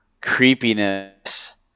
creepiness